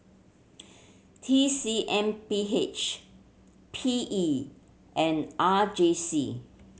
T C M B H P E and R J C